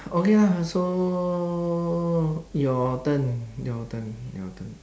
okay lah so your turn your turn your turn